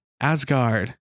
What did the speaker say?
Asgard